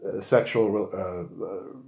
sexual